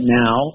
now